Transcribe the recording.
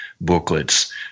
booklets